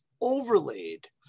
overlaid